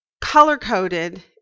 color-coded